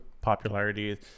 popularity